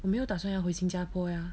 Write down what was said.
我没有打算要回新加坡呀